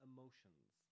Emotions